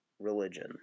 religion